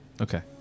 Okay